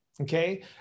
Okay